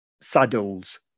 Saddles